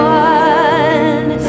one